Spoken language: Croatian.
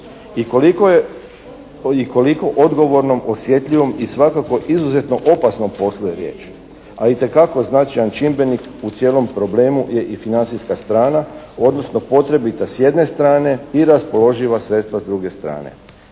i koliko odgovornom, osjetljivom i svakako izuzetno opasnom poslu je riječ, a itekako značajan čimbenik u cijelom problemu je i financijska strana, odnosno potrebita s jedne strane i raspoloživa sredstva s druge strane.